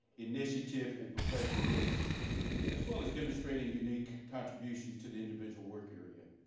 initiative and professionalism as well as demonstrating unique contributions to the individual work area.